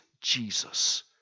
Jesus